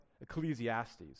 Ecclesiastes